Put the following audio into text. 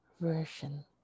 version